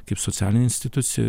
kaip socialinė institucija